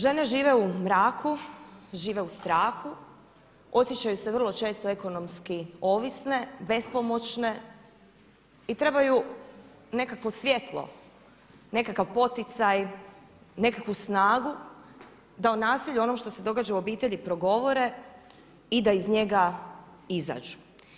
Žene žive u mraku, žive u strahu, osjećaju se vrlo često ekonomski ovisne, bespomoćne i trebaju nekakvo svjetlo, nekakav poticaj, nekakvu snagu da o nasilju onom što se događa u obitelji progovore i da iz njega izađu.